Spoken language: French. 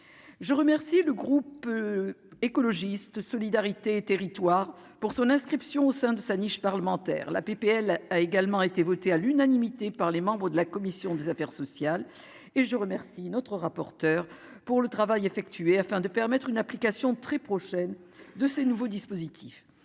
je remercie le groupe écologiste solidarité territoire pour son inscription au sein de sa niche parlementaire la PPL a également été voté à l'unanimité par les membres de la commission des affaires sociales et je remercie notre rapporteur pour le travail effectué afin de permettre une application très prochaine de ces nouveaux dispositifs: